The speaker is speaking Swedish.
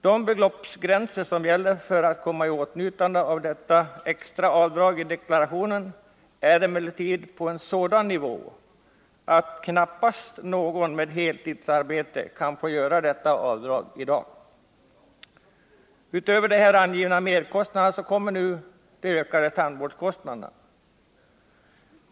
De beloppsgränser som gäller för att komma i åtnjutande av detta extra avdrag i deklarationen är emellertid satta på en sådan nivå att knappast någon med heltidsarbete kan få göra detta avdrag i dag. Utöver de här angivna merkostnaderna kommer nu de ökande tandvårdskostnaderna.